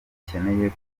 bakeneye